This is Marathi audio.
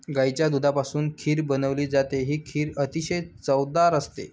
गाईच्या दुधापासून खीर बनवली जाते, ही खीर अतिशय चवदार असते